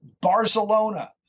Barcelona